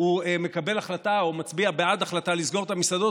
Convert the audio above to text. הוא מקבל החלטה או מצביע בעד החלטה לסגור את המסעדות,